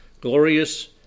glorious